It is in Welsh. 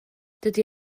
dydy